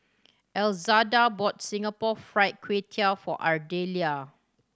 Elzada bought Singapore Fried Kway Tiao for Ardelia